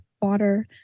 water